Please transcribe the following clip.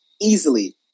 easily